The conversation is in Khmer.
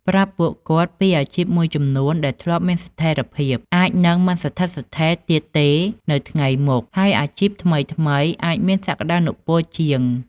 ប្រាប់ពួកគាត់ពី អាជីពមួយចំនួនដែលធ្លាប់មានស្ថិរភាព អាចនឹងមិនស្ថិតស្ថេរទៀតទេនៅថ្ងៃមុខ ហើយអាជីពថ្មីៗអាចមានសក្តានុពលជាង។